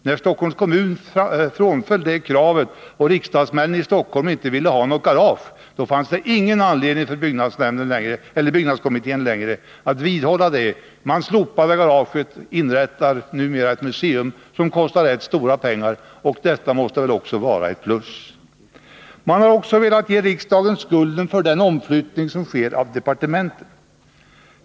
När Stockholms kommun frånträdde det kravet och riksdagsmännen från Stockholm inte ville ha något garage, fanns det inte längre någon anledning för byggnadskommittén att vidhålla planerna på ett garage. Man har därför slopat garaget och inrättar i stället ett museum. Det kostar ganska stora pengar, men museet måste väl också föras upp på plussidan. Man har också velat ge riksdagen skulden för den omflyttning som sker av departementen.